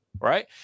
right